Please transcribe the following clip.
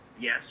Yes